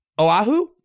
Oahu